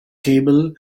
table